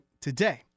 today